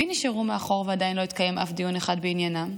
מי נשארו מאחור ועדיין לא התקיים אף דיון אחד בעניינם?